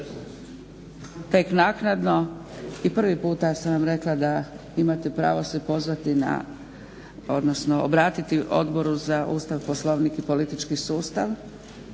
Tek naknadno i prvi puta sam vam rekla da imate pravo se pozvati, odnosno obratiti Odboru za Ustav, Poslovnik i politički sustav,